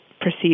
proceed